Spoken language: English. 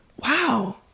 wow